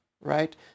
right